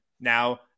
Now